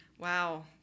wow